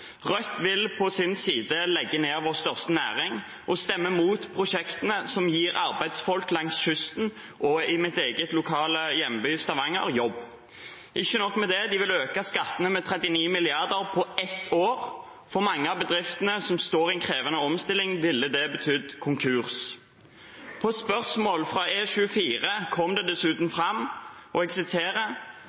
Rødt vil på sin side legge ned vår største næring og stemmer mot prosjektene som gir arbeidsfolk langs kysten og i min egen hjemby Stavanger jobb. Ikke nok med det: De vil øke skattene med 39 mrd. kr på ett år. For mange av bedriftene som står i en krevende omstilling, ville det ha betydd konkurs. På spørsmål fra e24.no kom det dessuten fram